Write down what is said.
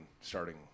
starting